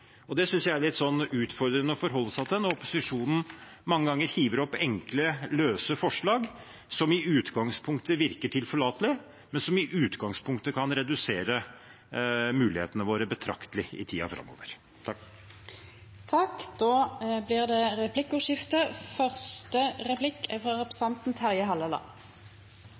Det synes jeg er litt utfordrende å forholde seg til når opposisjonen mange ganger hiver opp enkle, løse forslag, som i utgangspunktet virker tilforlatelige, men som i utgangspunktet også kan redusere mulighetene våre betraktelig i tiden framover. Det blir replikkordskifte. I denne saken forstår jeg at også statsråden er